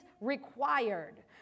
required